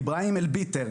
איברהים אל-ביתר,